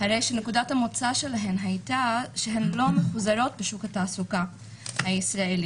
הרי שנקודת המוצא שלהן היתה שהן לא מחוזרות בשוק התעסוקה הישראלית.